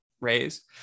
raise